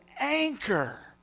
anchor